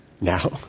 Now